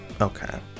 Okay